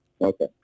Okay